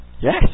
Yes